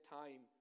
time